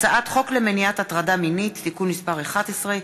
הצעת חוק למניעת הטרדה מינית (תיקון מס' 11)